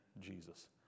Jesus